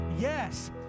Yes